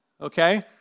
okay